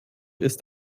ist